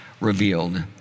revealed